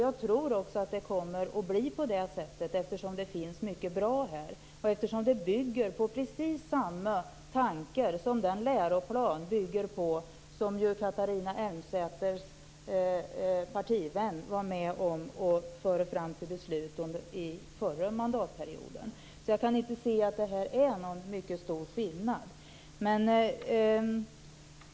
Jag tror också att det kommer att bli på det sättet, eftersom det finns mycket som är bra här som bygger på precis samma tankar som den läroplan bygger på som Catharina Elmsäter-Svärds partivän var med och förde fram till beslut under den förra mandatperioden. Jag kan inte se att det är så stor skillnad här.